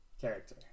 character